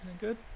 good